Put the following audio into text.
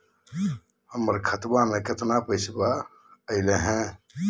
हमर खतवा में कितना पैसवा अगले हई?